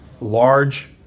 large